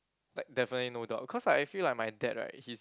like definitely no doubt because I feel like my dad right he's